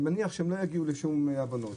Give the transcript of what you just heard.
אני מניח שהם לא יגיעו לשום הבנות.